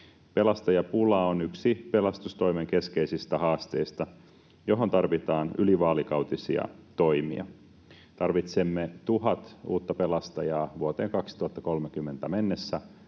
Pelastajapula on yksi pelastustoimen keskeisistä haasteista, johon tarvitaan ylivaalikautisia toimia. Tarvitsemme tuhat uutta pelastajaa vuoteen 2030 mennessä.